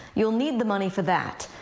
you'll need the money for that.